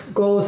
go